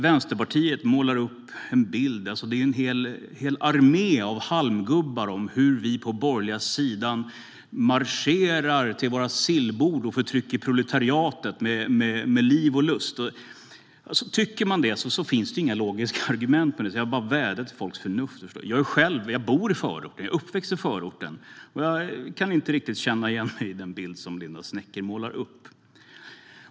Vänsterpartiet målar upp en bild av en hel armé av halmgubbar på den borgerliga sidan och att vi marscherar till våra sillbord och förtrycker proletariatet med liv och lust. Om man tycker det finns det inga logiska argument, utan jag kan bara vädja till folks förnuft. Jag är själv uppväxt och bor i förorten, och jag kan inte känna igen mig i den bild som Linda Snecker målar upp.